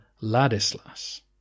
Ladislas